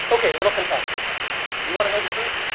okay little confession you want to know the truth?